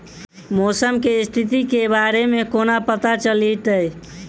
मौसम केँ स्थिति केँ बारे मे कोना पत्ता चलितै?